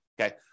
okay